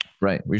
Right